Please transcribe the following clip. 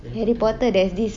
harry potter there's this